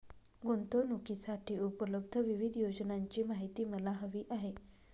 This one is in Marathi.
गुंतवणूकीसाठी उपलब्ध विविध योजनांची माहिती मला हवी आहे